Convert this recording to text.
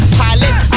pilot